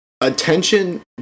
attention